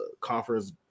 conference